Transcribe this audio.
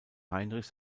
heinrich